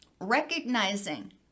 recognizing